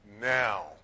now